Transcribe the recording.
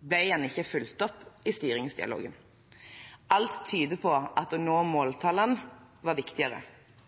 ble den ikke fulgt opp i styringsdialogen. Alt tyder på at det å nå måltallene var viktigere.